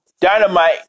Dynamite